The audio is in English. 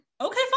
okay